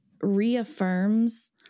reaffirms